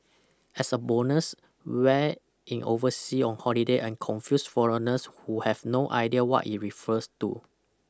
as a bonus wear in oversea on holiday and confuse foreigners who have no idea what it refers to